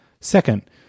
Second